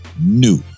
new